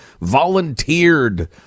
volunteered